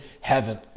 Heaven